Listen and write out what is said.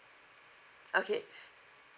okay